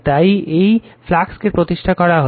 তাই এই ফ্লাক্স কে প্রতিষ্ঠা করা হলো